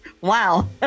Wow